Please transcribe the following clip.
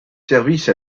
services